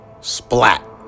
Splat